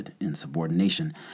insubordination